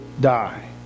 die